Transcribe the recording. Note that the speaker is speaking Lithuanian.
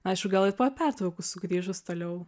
aišku gal ir po pertraukų sugrįžus toliau